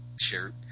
shirt